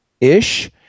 ish